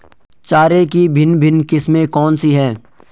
चारे की भिन्न भिन्न किस्में कौन सी हैं?